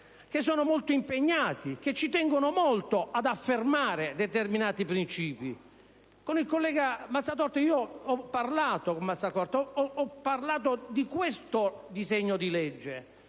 sono molto impegnati e tengono molto ad affermare determinati principi: con il senatore Mazzatorta ho parlato di questo disegno di legge